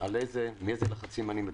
על איזה לחצים אני מדבר.